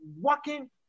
walking